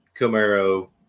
Camaro